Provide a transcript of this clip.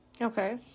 Okay